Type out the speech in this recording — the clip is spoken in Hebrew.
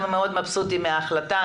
אנחנו מאוד שמחים על ההחלטה.